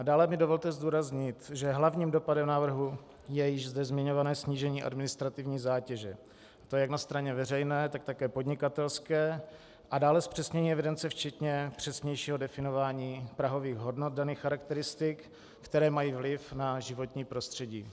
Dále mi dovolte zdůraznit, že hlavním dopadem návrhu je již zde zmiňované snížení administrativní zátěže, a to jak na straně veřejné, tak také podnikatelské, a dále zpřesnění evidence včetně přesnějšího definování prahových hodnot daných charakteristik, které mají vliv na životní prostředí.